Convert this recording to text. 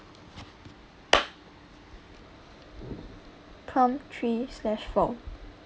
prompt three slash four